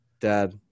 Dad